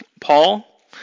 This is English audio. Paul